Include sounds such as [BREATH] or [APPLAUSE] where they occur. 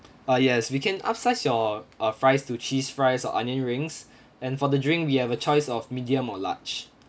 uh yes we can upsize your uh fries to cheese fries or onion rings [BREATH] and for the drink we have a choice of medium or large